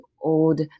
old